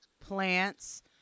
plants